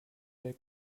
der